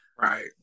Right